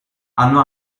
hanno